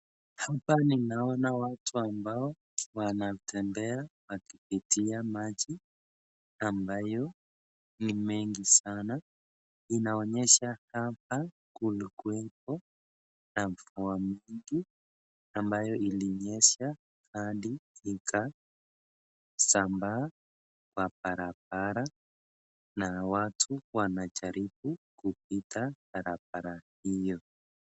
Hapa ninaona watu ambao wanatembea wakipitia maji ambayo ni mengi sana inaonyesha hapa kulikuwepo na mvua mingi ambayo ilinyesha hadi ikasambaa kwa barabara na watu wanajaribu kupita barabara hiyo.